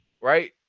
right